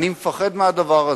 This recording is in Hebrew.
אני מפחד מהדבר הזה,